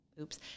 oops